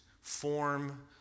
form